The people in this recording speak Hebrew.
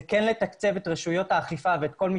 זה כן לתקצב את רשויות האכיפה ואת כל מי